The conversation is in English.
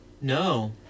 No